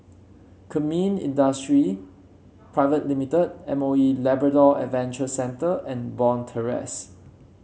Kemin Industries Pte Ltd M O E Labrador Adventure Centre and Bond Terrace